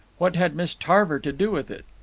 what had miss tarver to do with it?